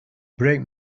break